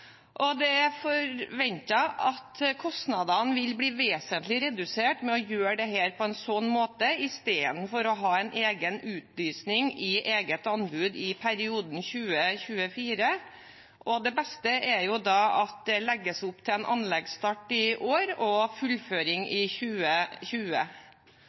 at kostnadene vil bli vesentlig redusert ved at man gjør det på denne måten, i stedet for å ha en egen utlysning i eget anbud i perioden 2024–2029. Det beste er at det legges opp til anleggsstart i år og fullføring